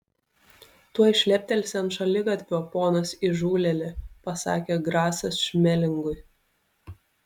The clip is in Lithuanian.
tuoj šleptelsi ant šaligatvio ponas įžūlėli pasakė grasas šmelingui